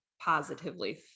positively